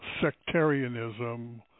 Sectarianism